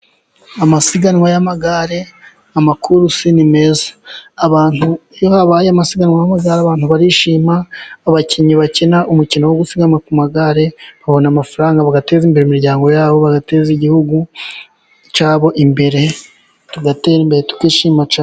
Amasiganwa y'amagare, amakurusi, ni meza. Abantu, iyo habaye amasiganwa, abantu barishima, abakinnyi bakina umukino wo gusiganwa ku magare babona amafaranga, bagateza imbere imiryango yabo, bagateza igihugu cyabo imbere, tugatera imbere, tukishima cyane.